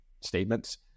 statements